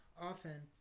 often